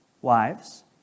wives